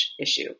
issue